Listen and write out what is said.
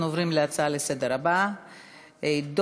אנחנו עוברים להצעות לסדר-היום מס' 4592,